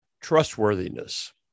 trustworthiness